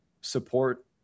support